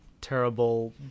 terrible